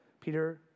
Peter